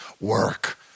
work